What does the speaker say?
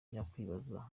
yakwibaza